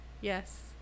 yes